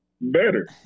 better